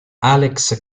alex